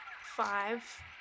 Five